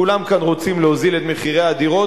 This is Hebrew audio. כולם כאן רוצים להוזיל את הדירות,